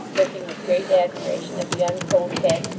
looking with great admiration at the uncombed head,